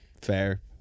Fair